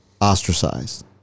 ostracized